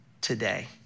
today